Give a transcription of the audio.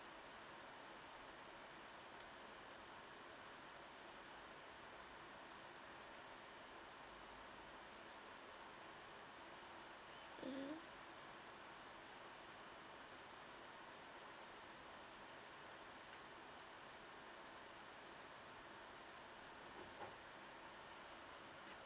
mmhmm